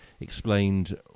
explained